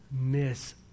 miss